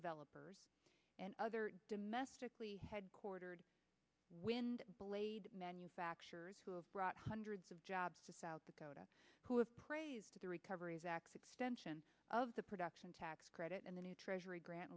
developers and other domestic headquartered wind blade manufacturers who have brought hundreds of jobs to south dakota who have praised the recovery is x extension of the production tax credit and the new treasury grant